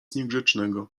niegrzecznego